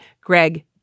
Greg